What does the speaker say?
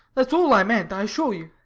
that's all i meant, i assure you.